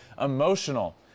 emotional